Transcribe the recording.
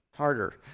Harder